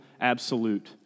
absolute